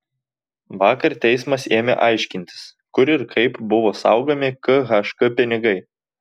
vakar teismas ėmė aiškintis kur ir kaip buvo saugomi khk pinigai